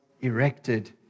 erected